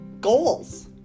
goals